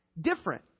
different